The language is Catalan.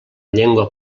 llengua